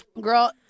Girl